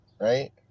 Right